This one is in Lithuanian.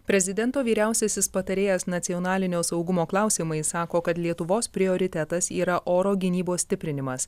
prezidento vyriausiasis patarėjas nacionalinio saugumo klausimais sako kad lietuvos prioritetas yra oro gynybos stiprinimas